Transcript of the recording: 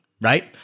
right